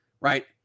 right